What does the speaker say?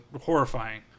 horrifying